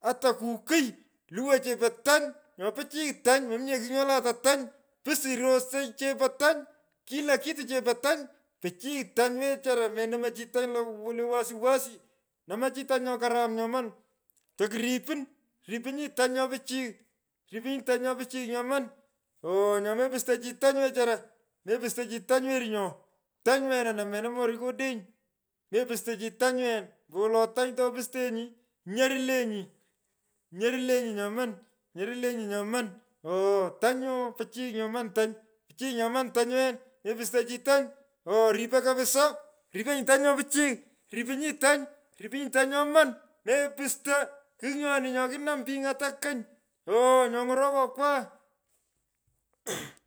ata kukiy luwo chepo tony. nyo pichiy tany mominye kigh nyo lata tany. ppsirosey chepo tony. kila kitu chepo tony. Pichy tany wechara menomoi chi tany lo wasi wasi. namachi tany nyo karam nyoman tokuripin. Ripinyi tany nyo pichiy ripinyi tany nyo pichiy nyoman oo nyo mepusto chi tany wechara. mepusto chi tany werinyo. tany wena namena morikodeny mepusto chi tany wen. ambolowolo tany topustenyi nyarlenyi nyarlenyi nyoman. nyarleni nyoman ooo tanyoo. pichy tany nyoman pichiy nyaman tany wen. mepusto chi tanyoo ripo kapisaa. riponyi tany nyo pichiy. ripinyi tany. ripinyi tany nyoman mepusto. kigh nyoni nyo kinam pich ng’ata kony. oo nyo ny’orokokwa.